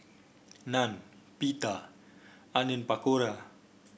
Naan Pita Onion Pakora